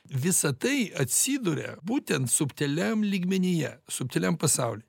visa tai atsiduria būtent subtiliam lygmenyje subtiliam pasaulyje